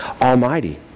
Almighty